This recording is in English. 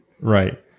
Right